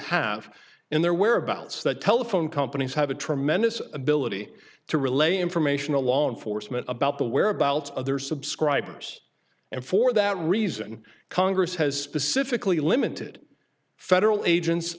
have in their whereabouts that telephone companies have a tremendous ability to relay information along foresman about the whereabouts of their subscribers and for that reason congress has specifically limited federal agents